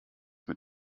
mit